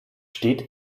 steht